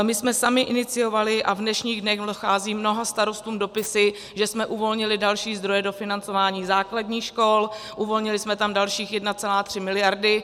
My jsme sami iniciovali, a v dnešních dnech docházejí mnoha starostům dopisy, že jsme uvolnili další zdroje do financování základních škol, uvolnili jsme tam další 1,3 miliardy.